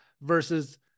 versus